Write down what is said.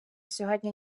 сьогодні